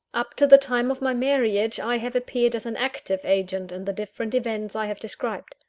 up to the time of my marriage, i have appeared as an active agent in the different events i have described.